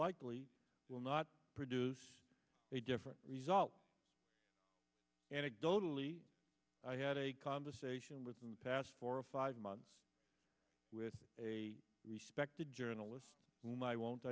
likely will not produce a different result anecdotally i had a conversation within the past four or five months with a respected journalist when i won't